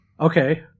Okay